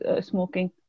smoking